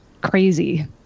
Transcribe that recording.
crazy